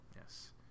Yes